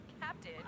captain